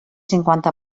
cinquanta